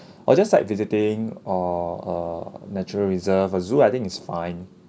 or just site visiting or err natural reserve a zoo I think it's fine